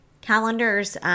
calendars